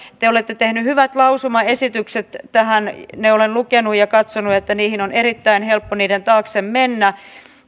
te olette tehneet hyvät lausumaesitykset tähän ne olen lukenut ja katsonut ja niiden taakse on erittäin helppo mennä